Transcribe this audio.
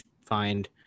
find